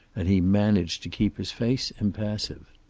and he managed to keep his face impassive.